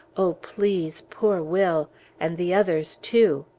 oh, please! poor will and the others, too!